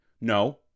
no